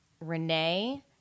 Renee